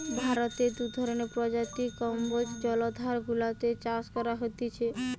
ভারতে দু ধরণের প্রজাতির কম্বোজ জলাধার গুলাতে চাষ করা হতিছে